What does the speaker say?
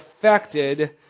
affected